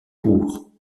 court